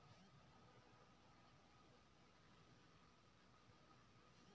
भारत सौंसे दुनियाँक कुल दुधक उपजाक तेइस प्रतिशत उपजाबै छै